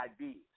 ideas